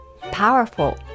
powerful